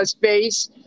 face